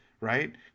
right